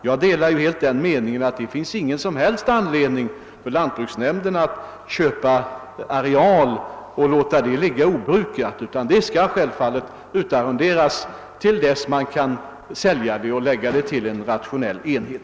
Jag delar helt den meningen att lantbruksnämnderna inte bör köpa areal och låta denna ligga obrukad. Självfallet måste de arrendera ut arealen tills det går att sälja den och lägga den till en rationell enhet.